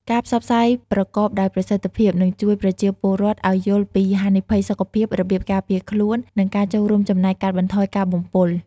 ការផ្សព្វផ្សាយប្រកបដោយប្រសិទ្ធភាព នឹងជួយប្រជាពលរដ្ឋឱ្យយល់ពីហានិភ័យសុខភាព របៀបការពារខ្លួន និងការចូលរួមចំណែកកាត់បន្ថយការបំពុល។